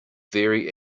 very